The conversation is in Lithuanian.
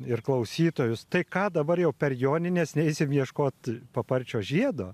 ir klausytojus tai ką dabar jau per jonines neisim ieškot paparčio žiedo